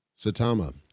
satama